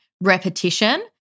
repetition